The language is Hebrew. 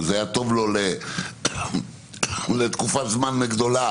וזה היה טוב לו לתקופת זמן ארוכה,